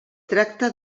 tracta